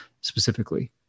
specifically